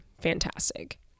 Fantastic